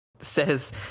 says